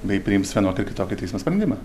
bei priims vienokį ar kitokį teismo sprendimą